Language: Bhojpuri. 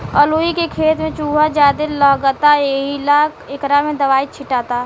अलूइ के खेत में चूहा ज्यादे लगता एहिला एकरा में दवाई छीटाता